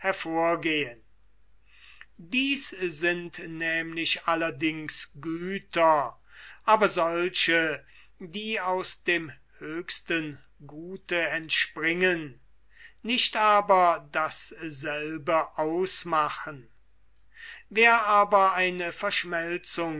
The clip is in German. hervorgehen dies sind nämlich allerdings güter aber solche die aus dem höchsten gute entspringen nicht aber dasselbe ausmachen wer aber eine verschmelzung